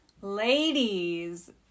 ladies